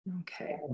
Okay